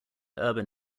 urban